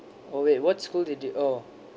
oh wait what school did you oh